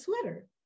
sweater